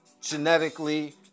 genetically